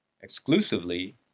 exclusively